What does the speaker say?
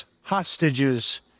hostages